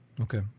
Okay